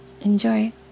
enjoy